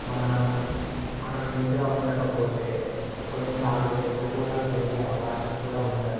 మనం మనం నీటుగా ఉంచకపోతే కొన్నిసార్లు చెట్లు కూడా పెరిగే అవకాశం కూడా ఉండదు